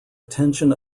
attention